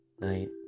night